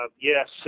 yes